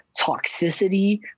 toxicity